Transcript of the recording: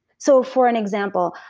so for an example,